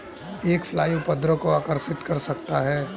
एक फ्लाई उपद्रव को आकर्षित कर सकता है?